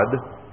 God